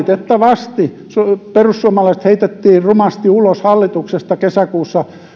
valitettavasti perussuomalaiset heitettiin rumasti ulos hallituksesta kesäkuussa